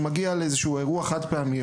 שמגיע לאירוע חד פעמי,